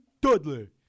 Dudley